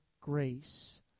grace